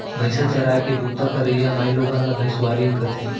भईंसा चराय के बूता करइया माइलोगन ला भइंसवारिन कथें